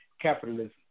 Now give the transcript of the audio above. capitalism